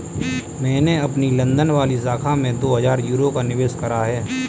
मैंने अपनी लंदन वाली शाखा में दो हजार यूरो का निवेश करा है